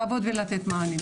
לעבוד ולתת מענה.